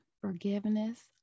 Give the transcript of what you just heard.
forgiveness